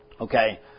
Okay